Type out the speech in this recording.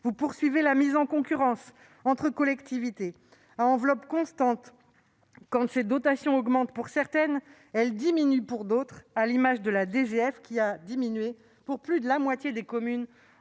Vous poursuivez la mise en concurrence entre collectivités. À enveloppes constantes, quand les dotations augmentent pour certaines, elles diminuent pour d'autres, à l'image de la DGF, qui a baissé pour plus de la moitié des communes